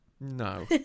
no